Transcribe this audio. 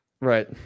Right